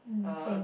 mm same